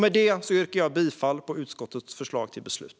Med det yrkar jag bifall till utskottets förslag till beslut.